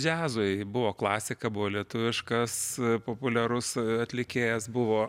džiazui buvo klasika buvo lietuviškas populiarus atlikėjas buvo